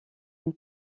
une